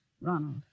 Ronald